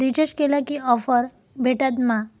Recharge केला की offers भेटात मा?